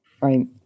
right